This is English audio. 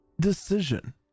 decision